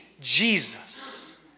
Jesus